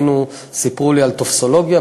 סיפרו לי על טופסולוגיה,